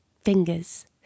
fingers